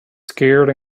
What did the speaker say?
scared